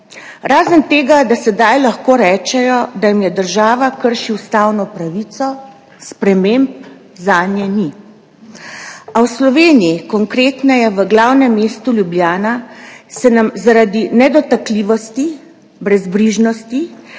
razen tega, da sedaj lahko rečejo, da jim država krši ustavno pravico, sprememb zanje ni. A v Sloveniji, konkretneje v glavnem mestu Ljubljana, se nam zaradi nedotakljivosti, brezbrižnosti